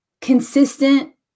Consistent